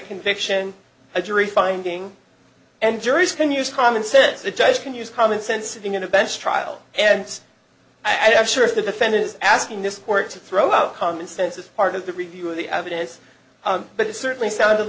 conviction a jury finding and juries can use common sense the judge can use common sense thing in a bench trial and i'm sure if the defendant is asking this court to throw out common sense it's part of the review of the evidence but it certainly sounded